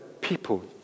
people